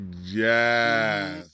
yes